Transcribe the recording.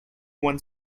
one